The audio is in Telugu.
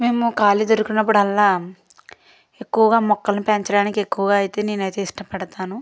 మేము ఖాళీ దొరికినప్పుడల్లా ఎక్కువగా మొక్కల్ని పెంచడానికి ఎక్కువగా అయితే నేను అయితే ఇష్టపడతాను